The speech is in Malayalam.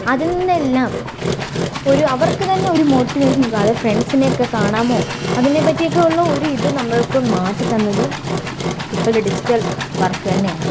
അതിൽ നിന്നെല്ലാം ഒരു അവർക്ക് തന്നെ ഒരു മോട്ടിവേഷൻ അത് ഫ്രണ്ട്സിനെ ഒക്കെ കാണാമോ അതിനെപ്പറ്റി ഒക്കെ ഉള്ള ഒരു ഇത് നമ്മൾക്ക് മാറ്റി തന്നത് ഇപ്പൾത്തെ ഡിജിറ്റൽ വർക്ക് തന്നെയാണ്